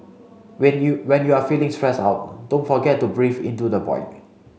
when you when you are feeling stressed out don't forget to breathe into the void